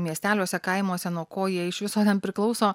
miesteliuose kaimuose nuo ko jie iš viso ten priklauso